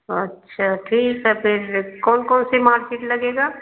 अच्छा ठीक है फिर कौन कौन से मार्कसीट लगेगा